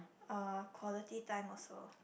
uh quality time also